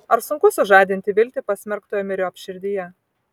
ar sunku sužadinti viltį pasmerktojo myriop širdyje